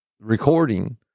recording